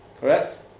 Correct